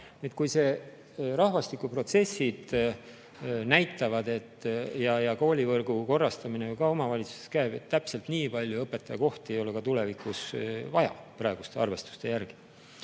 Nüüd rahvastikuprotsessid näitavad, ja koolivõrgu korrastamine ju ka omavalitsustes käib, et täpselt nii palju õpetajakohti ei ole tulevikus vaja praeguste arvestuste järgi.